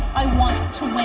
i want